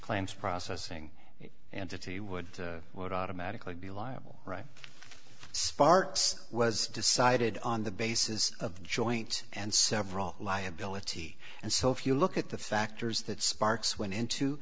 claims processing entity would would automatically be liable right sparks was decided on the basis of joint and several liability and so if you look at the factors that sparks went into